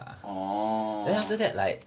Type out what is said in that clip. orh